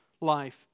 life